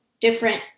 different